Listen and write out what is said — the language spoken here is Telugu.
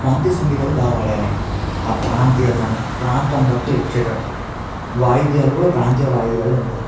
ప్రాంతీయ సంగీతాన్ని బాగా వాడేవాళ్లు ఆ ప్రాంతీయతను ప్రాంతంబట్టి వచ్చేటట్టు వాయిద్యాలు కూడ ప్రాంతీయ వాయిద్యాలే ఉండేవి